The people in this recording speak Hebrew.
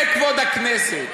זה כבוד הכנסת.